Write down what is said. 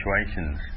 situations